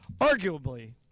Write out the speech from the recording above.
Arguably